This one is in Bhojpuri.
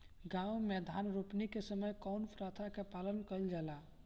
गाँव मे धान रोपनी के समय कउन प्रथा के पालन कइल जाला?